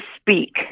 speak